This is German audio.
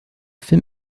film